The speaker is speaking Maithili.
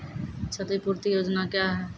क्षतिपूरती योजना क्या हैं?